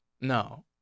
no